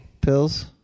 Pills